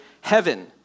heaven